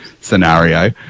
scenario